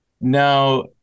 Now